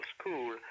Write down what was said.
school